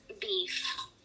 beef